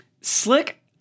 Slick